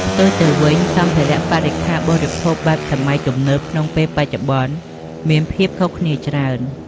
ផ្ទុយទៅវិញ សម្ភារៈបរិក្ខារបរិភោគបែបសម័យទំនើបក្នុងពេលបច្ចុប្បន្ន មានភាពខុសគ្នាច្រើន។